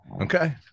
okay